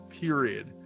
period